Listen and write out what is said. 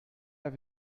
have